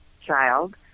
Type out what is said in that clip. child